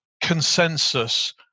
consensus